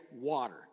water